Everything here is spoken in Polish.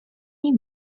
nie